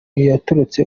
yaratorotse